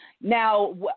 Now